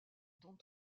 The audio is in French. dont